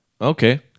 Okay